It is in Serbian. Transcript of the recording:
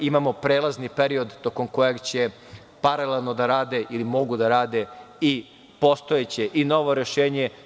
Imamo prelazni period tokom kojeg će paralelno da rade ili mogu da rade i postojeće i novo rešenje.